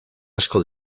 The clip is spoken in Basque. asko